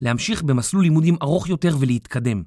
להמשיך במסלול לימונים ארוך יותר ולהתקדם.